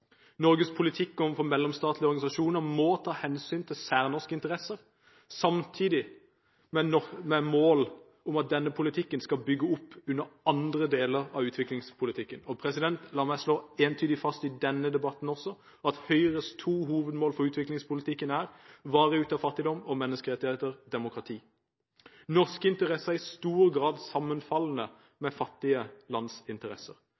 Norges politikk overfor mellomstatlige organisasjoner må ta hensyn til særnorske interesser, samtidig som det må være et mål at denne politikken skal bygge opp under andre deler av utviklingspolitikken. La meg slå entydig fast også i denne debatten at Høyres to hovedmål for utviklingspolitikken er: varig ut av fattigdom og menneskerettigheter/demokrati. Norske interesser er i stor grad sammenfallende